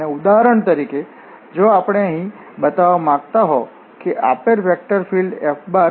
અને ઉદાહરણ તરીકે જો આપણે અહીં બતાવવા માંગતા હો કે આપેલ વેક્ટર ફીલ્ડ F2xyx2z